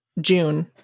June